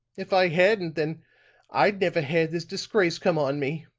if i hadn't then i'd never had this disgrace come on me.